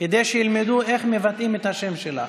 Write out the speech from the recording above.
כדי שילמדו איך מבטאים את השם שלך,